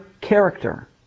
character